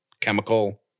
chemical